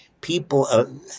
people